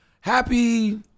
happy